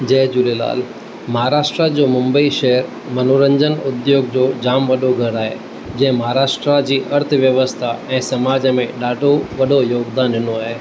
जय झूलेलाल महाराष्ट्रा जो मुंबई शहर मनोरंजन उद्योग जो जामु वॾो घरु आहे जंहिं महाराष्ट्रा जी अर्थव्यवस्था ऐं समाज में ॾाढो वॾो योगदान ॾिनो आहे